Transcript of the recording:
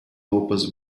roupas